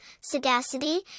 sagacity